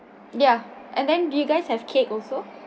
yeah and then do you guys have cake also